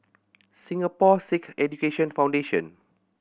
Singapore Sikh Education Foundation